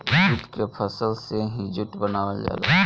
jute के फसल से ही जूट बनावल जाला